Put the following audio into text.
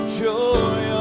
joy